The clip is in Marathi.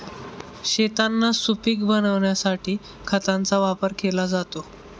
शेतांना सुपीक बनविण्यासाठी खतांचा वापर केला जातो